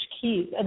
keys